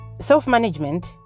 self-management